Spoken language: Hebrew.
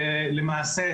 בכנסת,